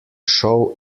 show